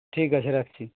ঠিক আছে রাখছি